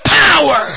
power